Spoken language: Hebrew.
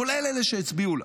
כולל אלה שהצביעו לה,